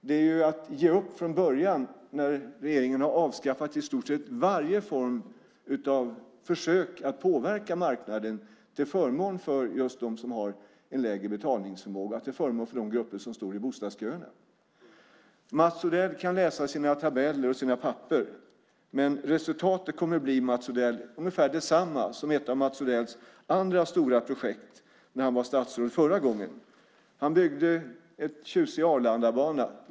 Det är att ge upp från början när regeringen har avskaffat i stort sett varje form av försök att påverka marknaden till förmån för just dem som har en lägre betalningsförmåga, till förmån för de grupper som står i bostadsköerna. Mats Odell kan läsa sina tabeller och sina papper, men resultatet kommer att bli ungefär detsamma som ett av Mats Odells andra stora projekt när har var statsråd förra gången. Han byggde en tjusig Arlandabana.